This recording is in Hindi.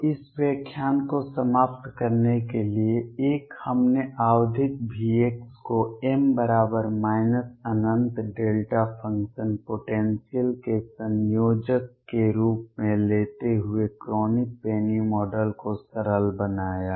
तो इस व्याख्यान को समाप्त करने के लिए एक हमने आवधिक V को m बराबर माइनस अनंत डेल्टा फ़ंक्शन पोटेंसियल के संयोजन के रूप में लेते हुए क्रोनिग पेनी मॉडल को सरल बनाया